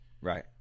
right